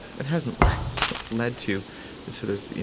it hasn't led to sort of, you